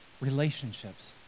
relationships